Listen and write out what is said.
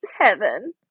heaven